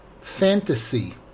fantasy